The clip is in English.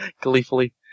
gleefully